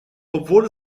obwohl